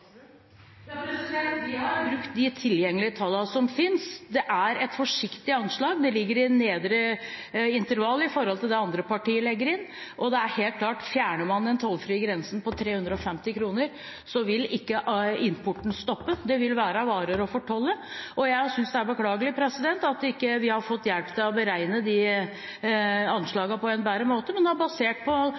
Vi har brukt de tilgjengelige tallene som finnes. Det er et forsiktig anslag. Det ligger i nedre intervall i forhold til det andre partier legger inn. Og det er helt klart at fjerner man den tollfrie grensen på 350 kr, vil ikke importen stoppe, det vil være varer å fortolle. Jeg synes det er beklagelig at vi ikke har fått hjelp til å beregne de anslagene på en bedre måte, men vi har basert oss på